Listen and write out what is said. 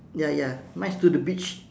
ya ya mine's to the beach